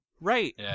Right